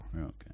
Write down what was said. Okay